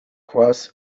cross